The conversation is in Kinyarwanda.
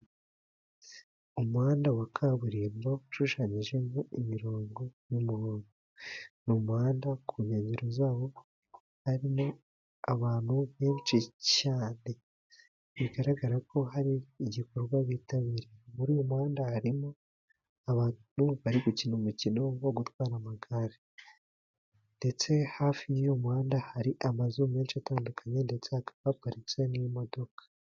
Umuhanda wa kaburimbo ushushanyijemo imirongo y'umuhondo, ni umuhanda ku nkengero zawo harimo abantu benshi cyane bigaragara ko hari igikorwa bitabiriye. Muri uyu muhanda harimo abantu bari gukina umukino wo gutwara amagare ndetse hafi y'uyu muhanda hari amazu menshi atandukanye ndetse hakaba haparitse n'imodoka.